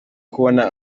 kubona